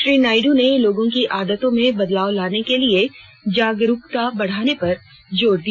श्री नायडू ने लोगों की आदतों में बदलाव लाने के लिए जागरूकता बढाने पर जोर दिया